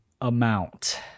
amount